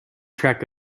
track